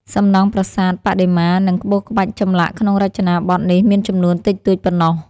សំណង់ប្រាសាទ បដិមា និងក្បូរក្បាច់ចម្លាក់ក្នុងរចនាបថនេះមានចំនួនតិចតួចប៉ុណ្ណោះ។